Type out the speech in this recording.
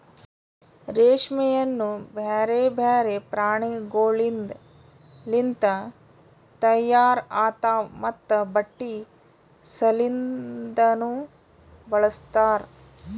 ರೇಷ್ಮೆಯನ್ನು ಬ್ಯಾರೆ ಬ್ಯಾರೆ ಪ್ರಾಣಿಗೊಳಿಂದ್ ಲಿಂತ ತೈಯಾರ್ ಆತಾವ್ ಮತ್ತ ಬಟ್ಟಿ ಸಲಿಂದನು ಬಳಸ್ತಾರ್